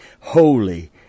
holy